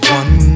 one